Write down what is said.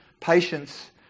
Patience